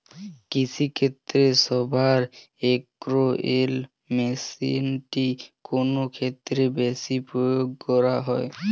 কৃষিক্ষেত্রে Hoover XL মেশিনটি কোন ক্ষেত্রে বেশি প্রয়োগ করা হয়?